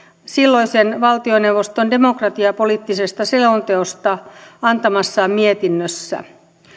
silloisen valtioneuvoston demokratiapoliittisesta selonteosta antamassaan mietinnössä